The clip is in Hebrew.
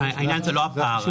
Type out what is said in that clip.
העניין הוא לא הפער.